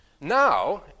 Now